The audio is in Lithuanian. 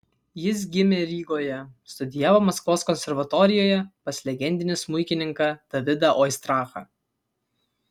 jis gimė rygoje studijavo maskvos konservatorijoje pas legendinį smuikininką davidą oistrachą